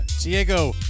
Diego